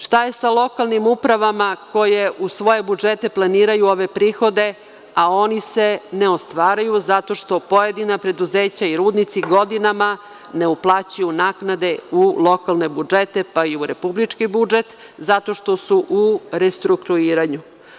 Šta je sa lokalnim upravama koje u svoje budžete planiraju ove prihode, a oni se ne ostvaruju, zato što pojedina preduzeća i rudnici godinama ne uplaćuju naknade u lokalne budžete, pa i u republički budžet, zato što su u restrukturiranju.